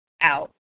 out